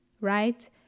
right